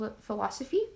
philosophy